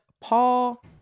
Paul